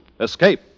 Escape